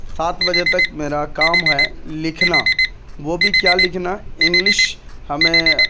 سات بجے تک میرا کام ہے لکھنا وہ بھی کیا لکھنا انگلش ہمیں